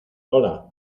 hola